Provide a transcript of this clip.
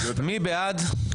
מי בעד?